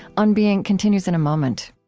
on being continues in a moment